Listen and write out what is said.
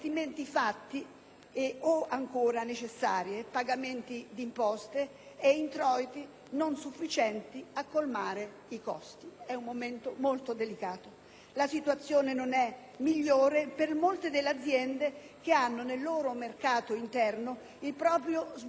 o ancora necessari, pagamenti di imposte e introiti non sufficienti a colmare i costi. È un momento molto delicato. La situazione non è migliore per molte delle aziende che hanno nel mercato interno il proprio sbocco naturale: